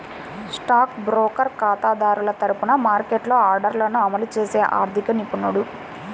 stock broker ఖాతాదారుల తరపున మార్కెట్లో ఆర్డర్లను అమలు చేసే ఆర్థిక నిపుణుడు